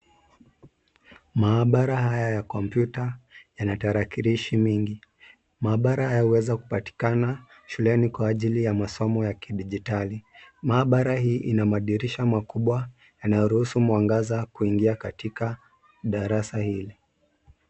Maabara haya ya kompyuta yana tarakilishi mingi. Maabara haya huweza kupatikana shuleni kwa ajili ya masomo ya kidijitali. Maabara hii ina madirisha makubwa yanayoruhusu mwangaza kuingia katika darasa hili.